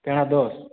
ପେଣା ଦଶ୍